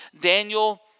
Daniel